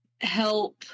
help